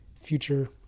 future